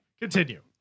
Continue